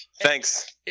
thanks